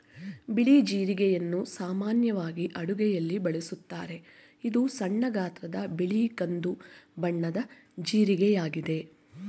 ಬಿಳಿ ಜೀರಿಗೆಯನ್ನು ಸಾಮಾನ್ಯವಾಗಿ ಅಡುಗೆಯಲ್ಲಿ ಬಳಸುತ್ತಾರೆ, ಇದು ಸಣ್ಣ ಗಾತ್ರದ ಬಿಳಿ ಕಂದು ಬಣ್ಣದ ಜೀರಿಗೆಯಾಗಿದೆ